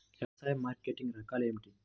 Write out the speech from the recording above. వ్యవసాయ మార్కెటింగ్ రకాలు ఏమిటి?